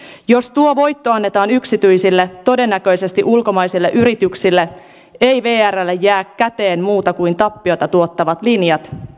jos tuo voitto annetaan yksityisille todennäköisesti ulkomaisille yrityksille ei vrlle jää käteen muuta kuin tappiota tuottavat linjat